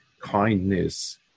kindness